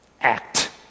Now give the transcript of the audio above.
act